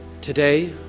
Today